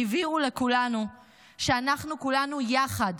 הבהירו לכולנו שאנחנו כולנו יחד